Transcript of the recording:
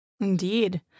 Indeed